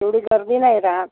एवढी गर्दी नाही रहात